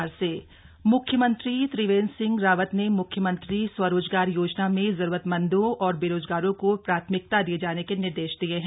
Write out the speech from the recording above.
CM बैठक म्ख्यमंत्री त्रिवेन्द्र सिंह रावत ने म्ख्यमंत्री स्वरोजगार योजना में जरूरतमंदों और बेरोजगार को प्राथमिकता दिये जाने के निर्देश दिये हैं